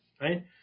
right